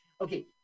Okay